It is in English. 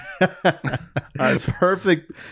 perfect